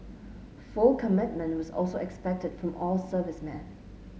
full commitment was also expected from all servicemen